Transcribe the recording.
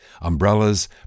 umbrellas